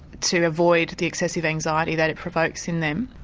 to avoid the excessive anxiety that it provokes in them.